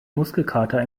muskelkater